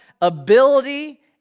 ability